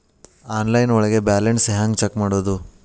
Online ಒಳಗೆ balance ಹ್ಯಾಂಗ check ಮಾಡೋದು?